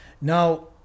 Now